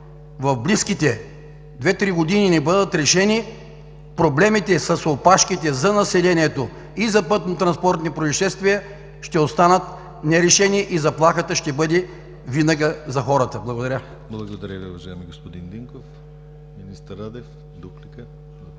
в близките две, три години не бъдат решени, проблемите с опашките за населението и за пътно-транспортни произшествия ще останат нерешени и заплахата ще бъде винаги за хората. Благодаря.